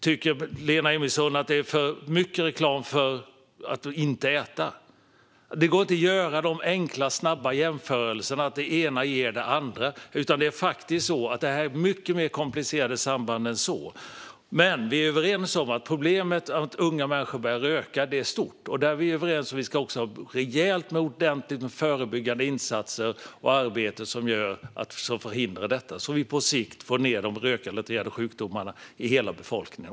Tycker Lena Emilsson att det finns för mycket reklam som handlar om att inte äta? Man kan inte göra de där snabba, enkla jämförelserna där det ena ger det andra. Här handlar det om mycket mer komplicerade samband. Vi är dock överens om att det är ett stort problem att unga människor börjar röka. Vi är även överens om att det ska finnas ordentligt med förebyggande insatser och arbete som förhindrar detta så att vi på sikt får ned antalet rökrelaterade sjukdomar bland hela befolkningen.